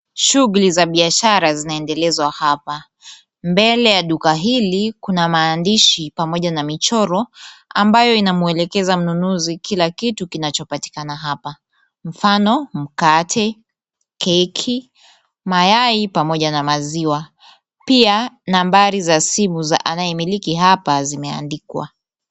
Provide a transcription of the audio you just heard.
Shughuli za biashara zinaendelezwa hapa. Mbele ya duka hili kuna maandishi pamoja na michoro ambayo inamuelekeza mnunuzi kila kitu kinachopatikana hapa mfano mkate, keki, mayai pamoja na maziwa. Pia nambari za simu za anayemiliki hapa zimeandikwa.